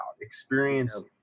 experience